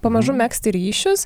pamažu megzti ryšius